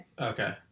Okay